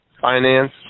finance